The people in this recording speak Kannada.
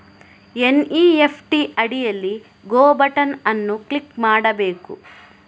ಎನ್.ಇ.ಎಫ್.ಟಿ ಅಡಿಯಲ್ಲಿ ಗೋ ಬಟನ್ ಅನ್ನು ಕ್ಲಿಕ್ ಮಾಡಬೇಕು